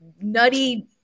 nutty